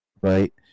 right